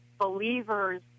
believers